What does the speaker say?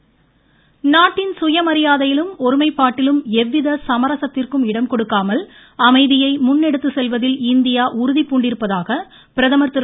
மன் கி பாத் நாட்டின் சுய மரியாதையிலும் ஒருமைப்பாட்டிலும் எவ்வித சமரசத்திற்கும் இடம் கொடுக்காமல் அமைதியை முன் எடுத்துச் செல்வதில் இந்தியா உறுதிபூண்டிருப்பதாக பிரதமர் திரு